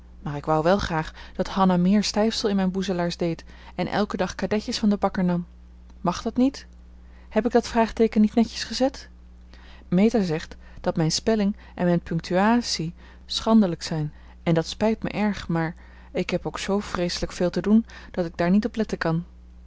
maar ik wou wel graag dat hanna meer stijfsel in mijn boezelaars deed en elke dag kadetjes van de bakker nam mag dat niet heb ik dat vraagteeken niet netjes gezet meta zegt dat mijn spelling en mijn punktuaatsie schandelijk zijn en dat spijt me erg maar ik heb ook zoo vreeselijk veel te doen dat ik daar niet op letten kan